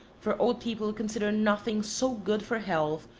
for old people consider nothing so good for health,